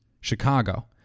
Chicago